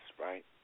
right